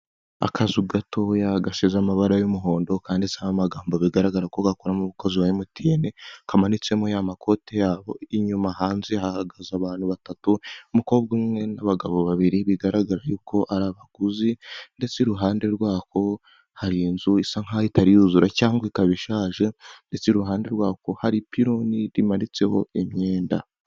Akazu gatoya, gasize amabara y'umuhondo, kanditseho amagambo bigaragara ko gakoramo umukozi wa MTN, kamanitsemo ya makoti yabo, inyuma hanze hahagaze abantu batatu, umukobwa umwe n'abagabo babiri, bigaragara yuko ari abaguzi, ndetse iruhande rwako, hari inzu isa nk'aho itari yuzura cyangwa ikaba ishaje, ndetse iruhande rwako hari ipironi rimanitseho imyenda.